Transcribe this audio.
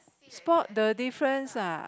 spot the difference ah